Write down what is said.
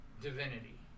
divinity